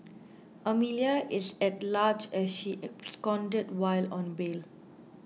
Amelia is at large as she absconded while on bail